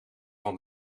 van